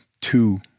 two